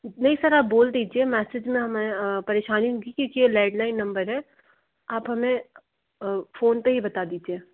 नहीं सर आप बोल दीजिए मैसेज में हमें परेशानी होगी क्योंकि ये लैडलाइन नंबर है आप हमें फ़ोन पर ही बता दीजिए